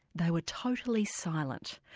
they were totally silent.